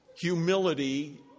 humility